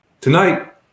Tonight